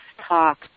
talk